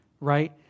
right